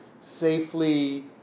safely